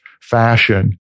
fashion